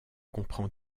comprend